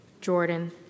Jordan